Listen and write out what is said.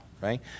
right